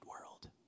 world